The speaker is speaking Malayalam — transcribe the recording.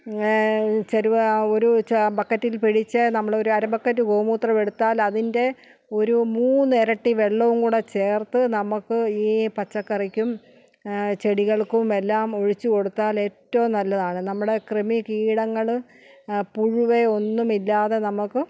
ചെരുവ ആ ഒരു ച ബക്കറ്റില് പിടിച്ച് നമ്മള് ഒരു അര ബക്കറ്റ് ഗോമൂത്രം എടുത്താൽ അതിന്റെ ഒരു മൂന്നിര വെള്ളവും കൂടെ ചേര്ത്ത് നമുക്ക് ഈ പച്ചക്കറിക്കും ചെടികള്ക്കും എല്ലാം ഒഴിച്ച് കൊടുത്താൽ ഏറ്റവും നല്ലതാണ് നമ്മുടെ കൃമികീടങ്ങള് പുഴുവ് ഒന്നും നമുക്ക്